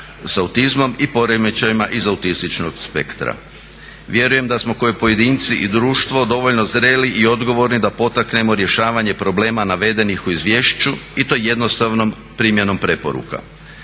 i poremećajima iz autističnog spektra. Vjerujem da smo kao pojedinci i društvo dovoljno zreli i odgovorni da potaknemo rješavanje problema navedenih u izvješću i to jednostavnom primjenom preporuka.